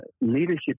leadership